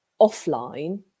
offline